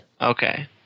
Okay